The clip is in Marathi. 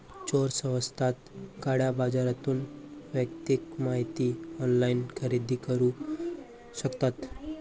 चोर स्वस्तात काळ्या बाजारातून वैयक्तिक माहिती ऑनलाइन खरेदी करू शकतात